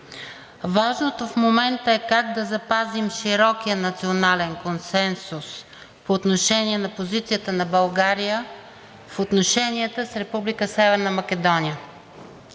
Важното в момента е как да запазим широкия национален консенсус по отношение позицията на България в отношенията с